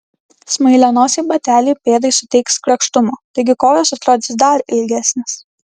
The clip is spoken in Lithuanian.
smailianosiai bateliai pėdai suteiks grakštumo taigi kojos atrodys dar ilgesnės